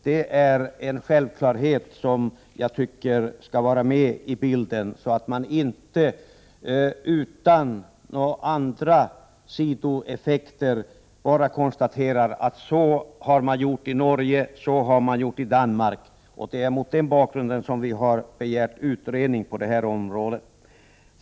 Det är en självklarhet att det skall finnas med i bilden, så att man inte bara utan vidare plagierar vad som har gjorts i Norge och vad som har gjorts i Danmark. Det är mot den bakgrunden vi har begärt en utredning på det här området.